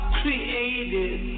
created